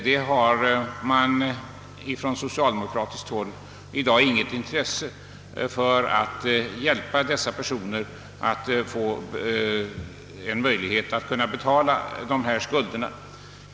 Man har från socialdemokratiskt håll i dag inget intresse för att hjälpa dessa personer att få en möjlighet att betala dessa skulder.